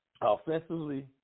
offensively